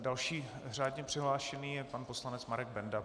Další řádně přihlášený je pan poslanec Marek Benda.